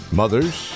mothers